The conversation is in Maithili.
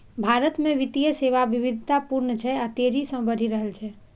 भारत मे वित्तीय सेवा विविधतापूर्ण छै आ तेजी सं बढ़ि रहल छै